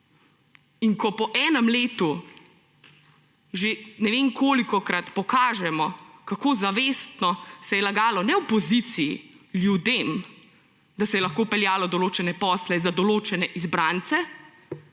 In ko po enem letu že ne vem kolikokrat pokažemo, kako zavestno se je lagalo – ne opoziciji, ljudem! –, da se je lahko peljalo določene posle za določene izbrance,